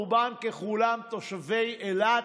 רובם ככולם תושבי אילת,